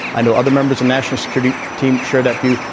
i know other members of national security team share that view.